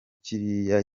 kiriya